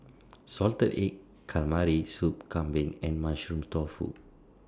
Salted Egg Calamari Soup Kambing and Mushroom Tofu